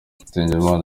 nizeyimana